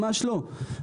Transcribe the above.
ממש לא.